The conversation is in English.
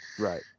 Right